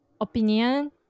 opinion